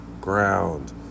ground